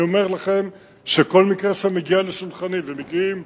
אני אומר לכם שכל מקרה שמגיע לשולחני, ומגיעים